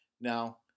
Now